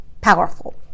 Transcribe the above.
powerful